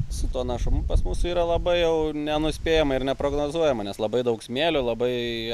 su tuo našumu pas mus yra labai jau nenuspėjama ir neprognozuojama nes labai daug smėlio labai